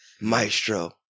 Maestro